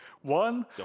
one